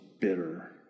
bitter